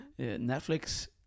Netflix